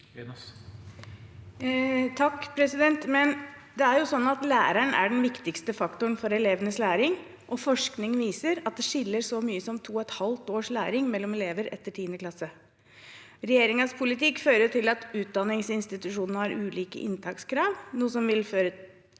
Men læreren er den viktigste faktoren for elevenes læring, og forskning viser at det skiller så mye som to et halvt års læring mellom elever etter 10. klasse. Regjeringens politikk fører til at utdanningsinstitusjonene har ulike inntakskrav, noe som vil påvirke